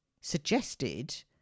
suggested